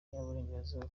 y’uburengerazuba